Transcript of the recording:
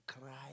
cry